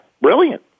brilliant